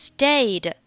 Stayed